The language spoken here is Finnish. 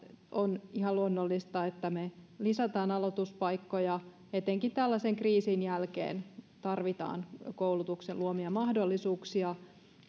on ihan luonnollista että me lisäämme aloituspaikkoja etenkin tällaisen kriisin jälkeen tarvitaan koulutuksen luomia mahdollisuuksia